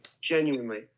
genuinely